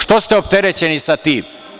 Što ste opterećeni sa tim?